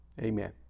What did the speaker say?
amen